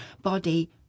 body